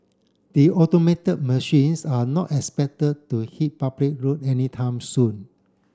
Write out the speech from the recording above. the automated machines are not expected to hit public road anytime soon